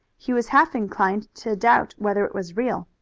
he was half inclined to doubt whether it was real.